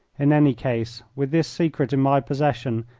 in any case, with this secret in my possession,